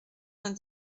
vingt